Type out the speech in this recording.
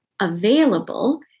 available